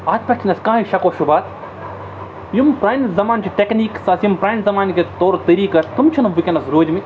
اَتھ پٮ۪ٹھ چھِنہٕ اَسہِ کانٛہہ ہَے شک و شُبات یِم پرٛانہِ زَمانہٕ چھِ ٹٮ۪کنیٖکٕس آسہٕ یِم پرٛانہِ زَمانہٕ کِس طور طٔریٖقہٕ تِم چھِنہٕ وٕنکٮ۪نَس روٗدۍمٕتۍ